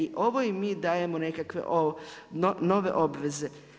I ovo im mi dajemo nekakve nove obveze.